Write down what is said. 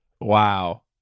Wow